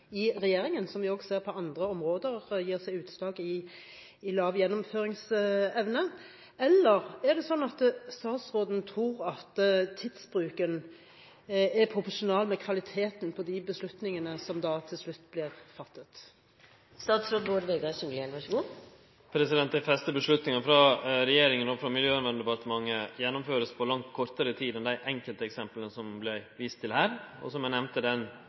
i regjeringen – som vi også på andre områder ser gir seg utslag i lav gjennomføringsevne – eller tror statsråden at tidsbruken er proporsjonal med kvaliteten på de beslutningene som til slutt blir fattet? Dei fleste avgjerdene frå regjeringa og frå Miljøverndepartementet vert gjennomførde på langt kortare tid enn dei enkelteksempla som det vart vist til her. Som eg nemnde, i den